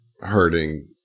hurting